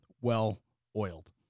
well-oiled